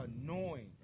Annoying